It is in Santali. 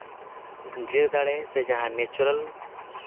ᱡᱚᱼᱫᱟᱲᱮ ᱥᱮ ᱡᱟᱦᱟᱸ ᱱᱮᱪᱟᱨᱮᱞ